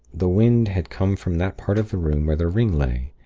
the wind had come from that part of the room where the ring lay.